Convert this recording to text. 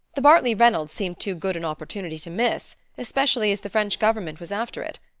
the bartley reynolds seemed too good an opportunity to miss, especially as the french government was after it.